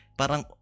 parang